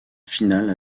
finale